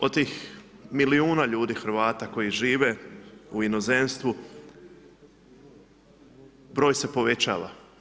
Od tih milijuna ljudi, Hrvata, koji žive u inozemstvu, broj se povećava.